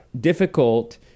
difficult